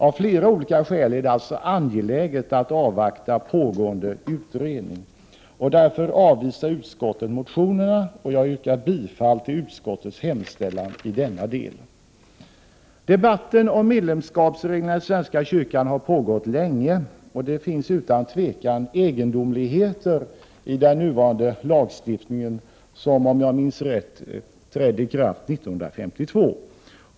Av flera olika skäl är det alltså angeläget att avvakta pågående utredning. Därför avvisar utskottet motionsförslagen, och jag yrkar bifall till utskottets hemställan i denna del. Debatten om medlemskapsreglerna i svenska kyrkan har pågått länge, och det finns utan tvivel egendomligheter i den nuvarande lagstiftningen som, om jag minns rätt, trädde i kraft 1952.